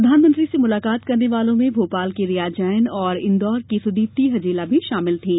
प्रधानमंत्री से मुलाकात करने वालों में भोपाल की रिया जैन और इंदौर की सुदीप्ति हजेला भी शामिल थीं